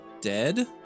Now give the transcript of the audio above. dead